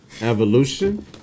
Evolution